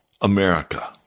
America